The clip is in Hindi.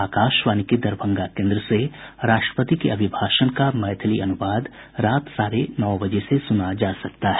आकाशवाणी के दरभंगा केन्द्र से राष्ट्रपति के अभिभाषण का मैथिली अनुवाद रात साढ़े नौ बजे से सुना जा सकता है